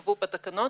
טכניות.